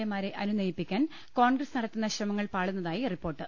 A മാരെ അനുനയിപ്പിക്കാൻ കോൺഗ്രസ് നടത്തുന്ന ശ്രമങ്ങൾ പാളുന്നതായി റിപ്പോർട്ട്